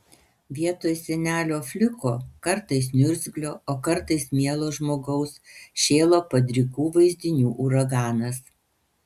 vietoj senelio fliko kartais niurgzlio o kartais mielo žmogaus šėlo padrikų vaizdinių uraganas